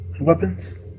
weapons